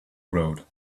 road